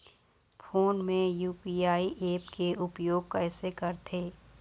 Phone मे UPI app के उपयोग कइसे करथे?